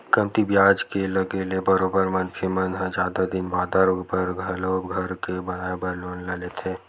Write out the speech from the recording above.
कमती बियाज के लगे ले बरोबर मनखे मन ह जादा दिन बादर बर घलो घर के बनाए बर लोन ल लेथे